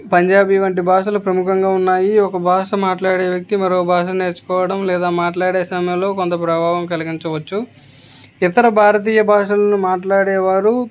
పంజాబీ వంటి భాషలు ప్రముఖంగా ఉన్నాయి ఒక భాష మాట్లాడే వ్యక్తి మరో భాష నేర్చుకోవడం లేదా మాట్లాడే సమయంలో కొంత ప్రభావం కలిగించవచ్చు ఇతర భారతీయ భాషలను మాట్లాడేవారు